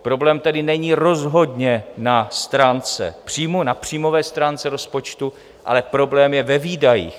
Problém tedy není rozhodně na stránce příjmů, na příjmové stránce rozpočtu, ale problém je ve výdajích.